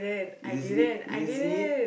easily is it